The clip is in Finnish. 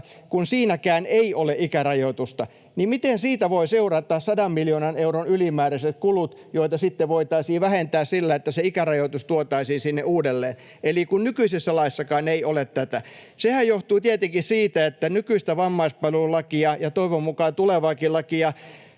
laissa ei ole ikärajoitusta — 100 miljoonan euron ylimääräiset kulut, joita sitten voitaisiin vähentää sillä, että se ikärajoitus tuotaisiin sinne uudelleen? Eli nykyisessäkään laissa ei ole tätä. Sehän johtuu tietenkin siitä, että nykyistä vammaispalvelulakia — ja toivon mukaan tulevaakin lakia